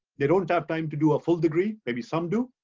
they don't have time to do a full degree, maybe some do,